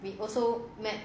we also met